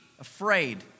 afraid